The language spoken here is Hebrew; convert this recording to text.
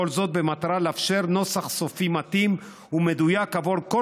כל זאת במטרה לאפשר נוסח סופי מתאים ומדויק עבור כל